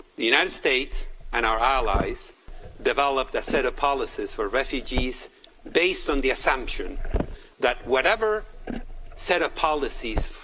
the united states and our allies developed a set of policies for refugees based on the assumption that whatever set of policies,